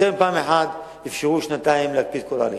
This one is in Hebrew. יותר מפעם אחת אפשרו להקפיא את כל ההליכים.